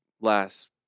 last